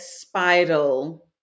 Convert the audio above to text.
spiral